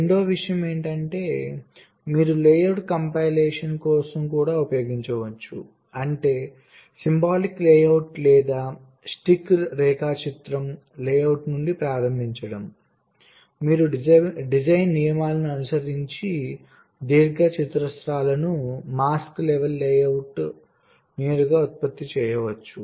రెండవ విషయం మీరు layout compilation కోసం కూడా ఉపయోగించవచ్చు అంటే సింబాలిక్ లేఅవుట్ లేదా స్టిక్ రేఖాచిత్రం లేఅవుట్ నుండి ప్రారంభించడం మీరు డిజైన్ నియమాలను అనుసరించి దీర్ఘచతురస్రాలను mask level లేఅవుట్ను నేరుగా ఉత్పత్తి చేయవచ్చు